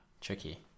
tricky